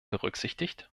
berücksichtigt